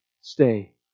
stay